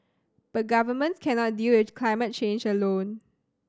but government cannot deal with climate change alone